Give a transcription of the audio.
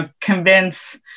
convince